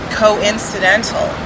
coincidental